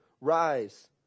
Rise